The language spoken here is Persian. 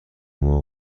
مرغ